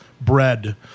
bread